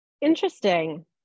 interesting